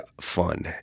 fun